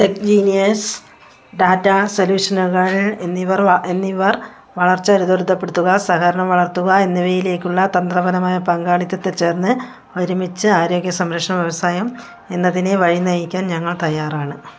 tech genius data സൊല്യൂഷനുകൾ എന്നിവർ വളർച്ച ത്വരിതപ്പെടുത്തുക സഹകരണം വളർത്തുക എന്നിവയിലേക്കുള്ള തന്ത്രപരമായ പങ്കാളിത്തത്തിൽ ചേർന്ന് ഒരുമിച്ച് ആരോഗ്യ സംരക്ഷണ വ്യവസായം എന്നതിനെ വഴിനയിക്കാൻ ഞങ്ങൾ തയ്യാറാണ്